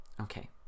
Okay